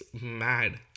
mad